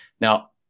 Now